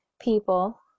people